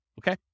okay